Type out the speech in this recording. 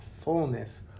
fullness